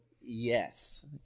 yes